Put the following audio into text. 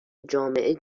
جامعه